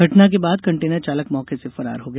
घटना के बाद कंटेनर चालक मौके से फरार हो गया